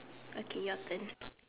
okay your turn